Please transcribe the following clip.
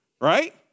right